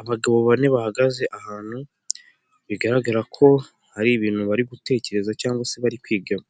Abagabo bane bahagaze ahantu bigaragara ko har'ibintu bari gutekereza cyangwa se bari kwigaho,